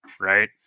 Right